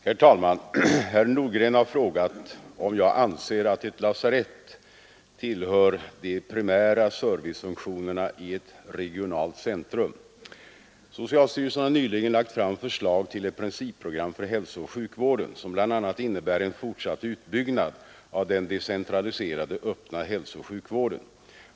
Herr talman! Herr Nordgren har frågat om jag anser att ett lasarett tillhör de primära servicefunktionerna i ett regionalt centrum. Socialstyrelsen har nyligen lagt fram förslag till ett principprogram för hälsooch sjukvården, som bl.a. innebär en fortsatt utbyggnad av den decentraliserade öppna hälsooch sjukvården.